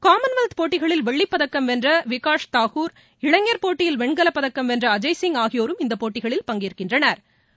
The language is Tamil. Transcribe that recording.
காமன்வெல்த் போட்டிகளில் வெள்ளிப்பதக்கம் வென்ற விகாஷ் தாகூர் ஆகிய இளைஞர் போட்டியில் வெண்கலப்பதக்கம் வென்ற அஜய்சிங் ஆகியோரும் இந்த போட்டிகளில் பங்கேற்கின்றனா்